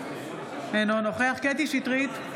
אינו נוכח קטי קטרין שטרית,